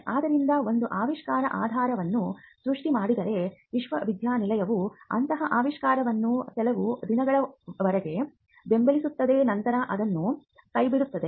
ಆದ್ದರಿಂದ ಒಂದು ಆವಿಷ್ಕಾರಆದಾಯವನ್ನು ಸೃಷ್ಟಿ ಮಾಡದಿದ್ದರೆ ವಿಶ್ವವಿದ್ಯಾನಿಲಯವು ಅಂತಹ ಆವಿಷ್ಕಾರವನ್ನು ಕೆಲವು ದಿನಗಳವರೆಗೆ ಬೆಂಬಲಿಸುತ್ತದೆ ನಂತರ ಅದನ್ನು ಕೈಬಿಡುತ್ತದೆ